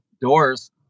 doors